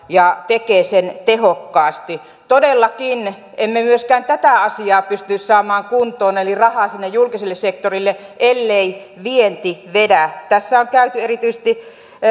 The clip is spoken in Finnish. ja tekee sen tehokkaasti todellakin emme me myöskään tätä asiaa pysty saamaan kuntoon eli saamaan rahaa sinne julkiselle sektorille ellei vienti vedä tässä on käyty erityisesti